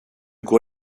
går